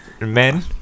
Men